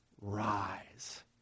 rise